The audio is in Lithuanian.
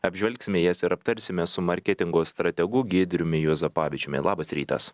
apžvelgsime jas ir aptarsime su marketingo strategu giedriumi juozapavičiumi labas rytas